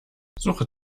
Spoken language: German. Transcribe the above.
suche